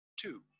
Two